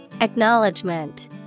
Acknowledgement